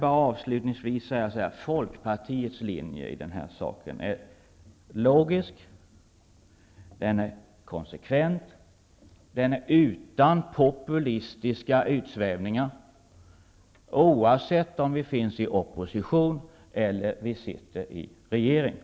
Avslutningsvis vill jag säga att Folkpartiets linje i denna fråga är logisk, konsekvent och utan populistiska utsvävningar, oavsett om vi är i opposition eller sitter i regeringen.